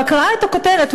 רק ראה את הכותרת,